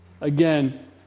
again